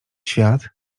świat